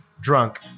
Drunk